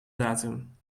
datum